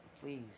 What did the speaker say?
please